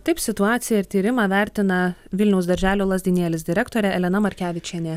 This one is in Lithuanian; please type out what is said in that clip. taip situaciją ir tyrimą vertina vilniaus darželio lazdynėlis direktorė elena markevičienė